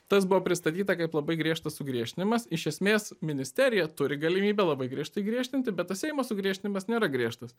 tas buvo pristatyta kaip labai griežtas sugriežtinimas iš esmės ministerija turi galimybę labai griežtai griežtinti bet tas seimo sugriežtinimas nėra griežtas